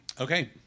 Okay